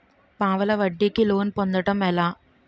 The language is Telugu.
పావలా వడ్డీ కి లోన్ పొందటం ఎలా?